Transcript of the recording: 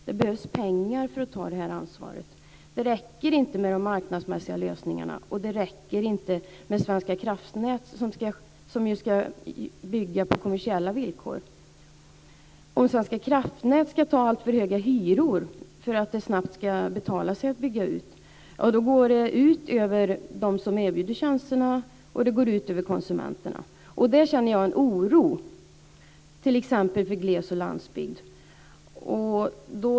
Det behövs pengar för att ta detta ansvar. Det räcker inte med de marknadsmässiga lösningarna. Det som Svenska kraftnät ska bygga på kommersiella villkor räcker inte. Om Svenska kraftnät tar alltför höga hyror för att det snabbt ska betala sig att bygga ut går det ut över dem som erbjuder tjänsterna och över konsumenterna. Jag känner en oro t.ex. för gles och landsbygd.